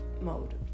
mode